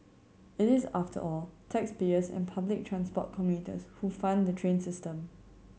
it is after all taxpayers and public transport commuters who fund the train system